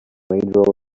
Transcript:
mayoral